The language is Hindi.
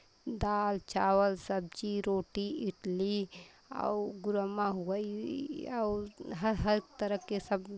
दाल चावल सब्ज़ी रोटी इडली और गुरम्मा हुआ ई और ह हर तरह के सब